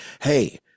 hey